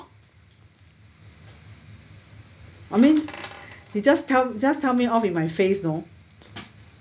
I mean they just tell just tell me off in my face know